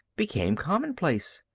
became commonplace.